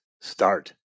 start